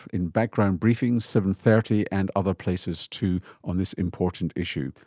in background briefing, seven. thirty and other places too on this important issue.